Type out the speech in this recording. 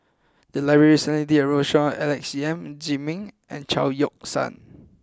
the library recently did a roadshow on Alex Yam Ziming and Chao Yoke San